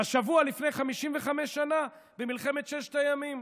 השבוע לפני 55 שנה, במלחמת ששת הימים.